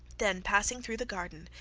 then passing through the garden,